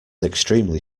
extremely